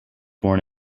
born